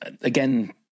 again